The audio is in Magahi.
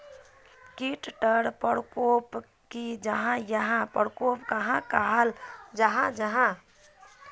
कीट टर परकोप की जाहा या परकोप कहाक कहाल जाहा जाहा?